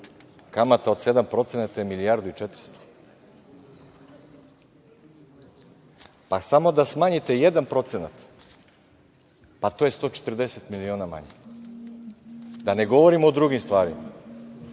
kamata od 7% je milijardu i 400. Pa samo da smanjite 1%, pa to je 140 miliona manje. Da ne govorimo o drugim stvarima.